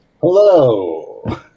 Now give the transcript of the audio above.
Hello